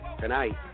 Tonight